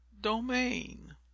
domain